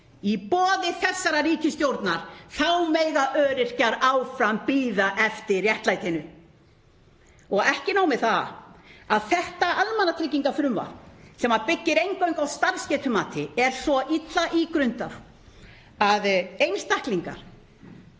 Í boði þessarar ríkisstjórnar mega öryrkjar áfram bíða eftir réttlætinu. Ekki nóg með það að þetta almannatryggingafrumvarp sem byggir eingöngu á starfsgetumati sé svo illa ígrundað að einstaklingar